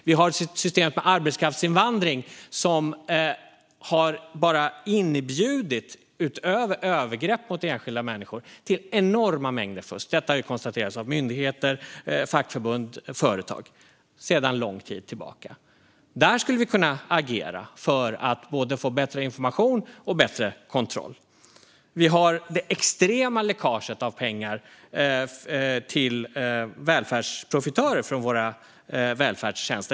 Vi har också ett system för arbetskraftsinvandring som, utöver övergrepp mot enskilda människor, har inbjudit till enorma mängder fusk. Detta har konstaterats av myndigheter, fackförbund och företag sedan lång tid tillbaka. Där skulle vi kunna agera för att få både bättre information och bättre kontroll. Vi har ett extremt läckage av pengar till välfärdsprofitörer från våra välfärdstjänster.